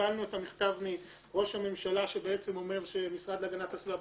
קיבלנו את המכתב מראש הממשלה שבעצם אומר שהמשרד להגנת הסביבה,